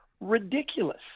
ridiculous